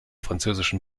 französischen